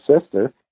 sister